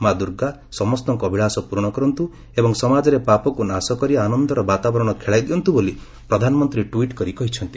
ମା' ଦୂର୍ଗା ସମସ୍ତଙ୍କ ଅଭିଳାଷ ପ୍ରରଣ କରନ୍ତ୍ର ଏବଂ ସମାଜରେ ପାପକୁ ନାଶ କରି ଆନନ୍ଦର ବାତାବରଣ ଖେଳାଇ ଦିଅନ୍ତୁ ବୋଳି ପ୍ରଧାନମନ୍ତ୍ରୀ ଟ୍ଟିଟ୍ କରି କହିଛନ୍ତି